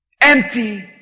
empty